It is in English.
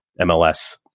mls